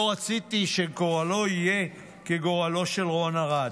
לא רציתי שגורלו יהיה כגורלו של רון ארד.